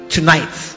Tonight